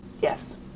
Yes